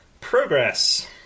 Progress